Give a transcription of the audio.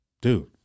Dude